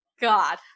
God